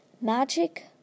Magic